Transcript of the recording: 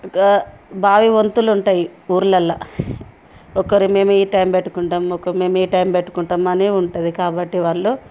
ఇంకా బావి వంతులు ఉంటాయి ఊర్లల్లో ఒకరు మేము ఈ టైం పెట్టుకుంటాం ఒకరు మేము ఈ టైం పెట్టుకుంటాం అని ఉంటుంది కాబట్టి వాళ్ళు